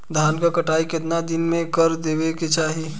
धान क कटाई केतना दिन में कर देवें कि चाही?